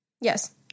Yes